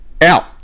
out